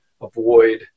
avoid